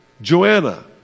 Joanna